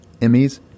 Emmys